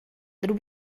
that